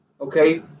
okay